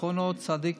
זכר צדיק